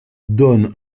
donne